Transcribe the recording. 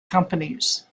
companies